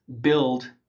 build